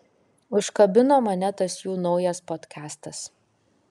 užkabino mane tas jų naujas podkastas